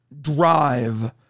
drive